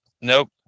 Nope